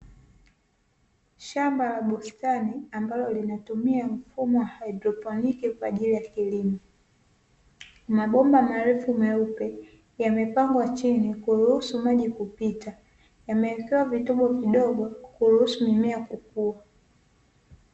Shamba la bustani ambalo linatumia mfumo wa haidroponi kwa ajili ya kilimo. Mabomba marefu meupe, yamepangwa chini kuruhusu maji kupita, yamewekea vitobo vidogo kuruhusu mimea kukua.